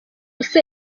ese